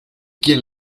quien